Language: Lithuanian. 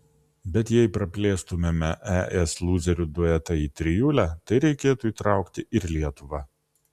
bet jei praplėstumėme es lūzerių duetą į trijulę tai reikėtų įtraukti ir lietuvą